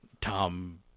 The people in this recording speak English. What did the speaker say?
Tom